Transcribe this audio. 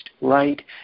right